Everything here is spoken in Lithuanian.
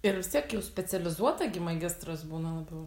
ir vis tiek jau specializuota gi magistras būna labiau